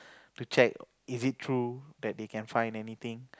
to check is it true that they can find anything